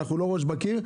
אנחנו לא ראש בקיר.